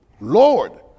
Lord